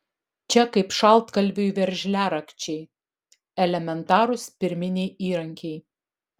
čia kaip šaltkalviui veržliarakčiai elementarūs pirminiai įrankiai